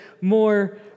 more